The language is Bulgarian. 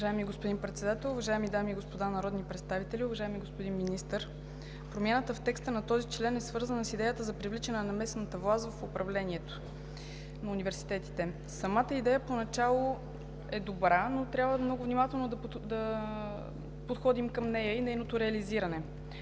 Уважаеми господин Председател, уважаеми дами и господа народни представители, уважаеми господин Министър! Промяната в текста на този член е свързана с идеята за привличане на местната власт в управлението на университетите. Самата идея по начало е добра, но трябва много внимателно да подходим към нея и нейното реализиране.